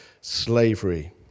slavery